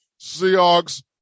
Seahawks